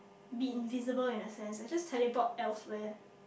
be invisible in a sense I just teleport elsewhere